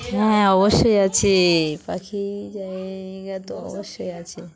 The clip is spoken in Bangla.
হ্যাঁ অবশ্যই আছে পাখির জায়গা তো অবশ্যই আছে